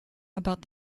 about